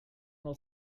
will